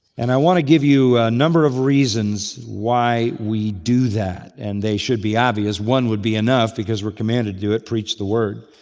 and i want to give you a number of reasons why we do that, and they should be obvious. one would be enough because we're commanded to do it, preach the word.